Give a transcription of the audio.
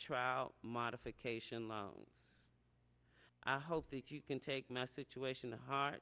trout modification i hope that you can take my situation to heart